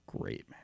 Great